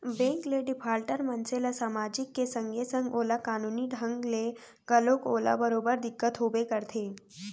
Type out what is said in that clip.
bank ले defaulter मनसे ल समाजिक के संगे संग ओला कानूनी ढंग ले घलोक ओला बरोबर दिक्कत होबे करथे